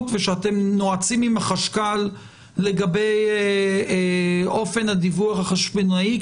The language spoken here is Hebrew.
ושאתם נועצים אם החשכ"ל לגבי אופן הדיווח החשבונאי,